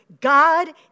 God